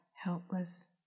helpless